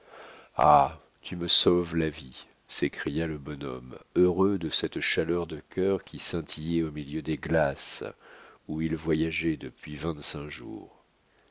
ah tu me sauves la vie s'écria le bonhomme heureux de cette chaleur de cœur qui scintillait au milieu des glaces où il voyageait depuis vingt-cinq jours